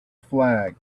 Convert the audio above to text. flag